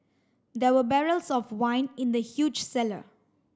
there were barrels of wine in the huge cellar